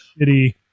shitty